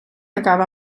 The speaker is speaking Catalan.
acaba